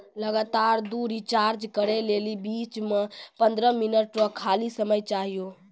लगातार दु रिचार्ज करै लेली बीच मे पंद्रह मिनट रो खाली समय चाहियो